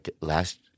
last